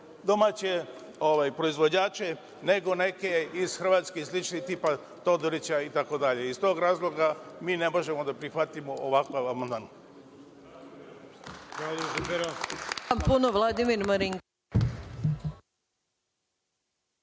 domaće proizvođače nego neke iz Hrvatske i slične tipa Todorića itd. Iz tog razloga mi ne možemo da prihvatimo ovakav amandman.